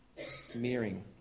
smearing